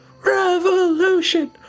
Revolution